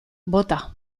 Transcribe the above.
bota